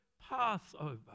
Passover